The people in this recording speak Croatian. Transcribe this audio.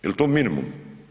Jel to minimum?